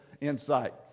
insight